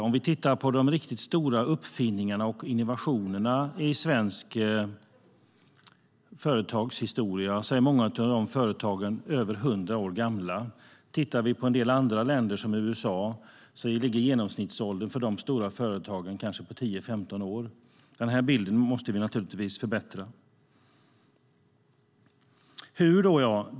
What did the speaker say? Om vi tittar på de riktigt stora uppfinningarna och innovationerna i svensk företagshistoria kan vi se att många av företagen är över hundra år gamla. Om vi tittar på en del andra länder, till exempel USA, ligger genomsnittsåldern för de stora företagen på 10-15 år. Den bilden måste vi naturligtvis förbättra. Hur ska detta gå till?